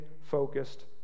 focused